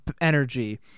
energy